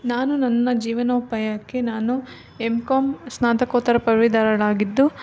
ನಾನು ನನ್ನ ಜೀವನೋಪಾಯಕ್ಕೆ ನಾನು ಎಮ್ ಕಾಮ್ ಸ್ನಾತಕೋತ್ತರ ಪದವೀಧರಳಾಗಿದ್ದು